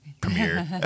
premiere